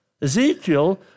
Ezekiel